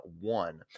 one